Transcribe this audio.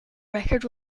record